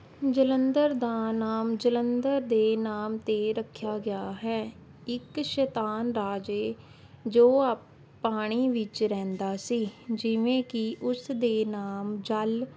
ਜਲੰਧਰ ਦਾ ਨਾਮ ਜਲੰਧਰ ਦੇ ਨਾਮ 'ਤੇ ਰੱਖਿਆ ਗਿਆ ਹੈ ਇੱਕ ਸ਼ੈਤਾਨ ਰਾਜੇ ਜੋ ਆ ਪਾਣੀ ਵਿੱਚ ਰਹਿੰਦਾ ਸੀ ਜਿਵੇਂ ਕਿ ਉਸ ਦੇ ਨਾਮ ਜਲ